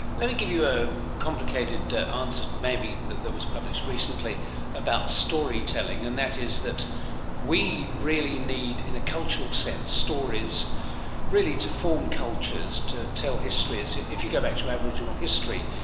let me give you a complicated answer maybe that that was published recently about storytelling. and that is that we really need in a cultural sense stories really to form cultures, to tell histories. if you go back to aboriginal history,